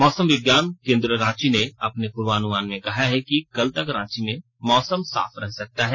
मौसम विज्ञान केंद्र रांची ने अपने पूर्वानुमान में कहा है कि कल तक रांची में मौसम साफ रह सकता है